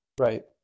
Right